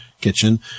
kitchen